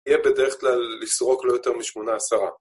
יהיה בדרך כלל לסרוק לא יותר משמונה, עשרה.